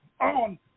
on